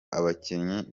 abakinnyi